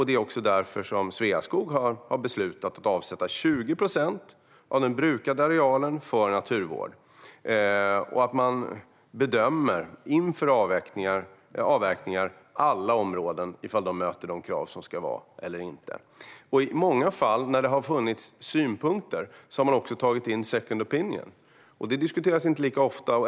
Det är också därför Sveaskog har beslutat att avsätta 20 procent av den brukade arealen för naturvård, och det är därför man inför avverkningar bedömer alla områden utifrån om de möter de krav som ställs eller inte. I många fall där det har funnits synpunkter har man tagit in en second opinion. Det diskuteras inte lika ofta.